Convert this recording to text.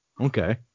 Okay